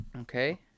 Okay